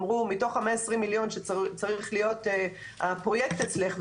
אמרו מתוך ה-120 מיליון שצריך להיות הפרויקט אצלך,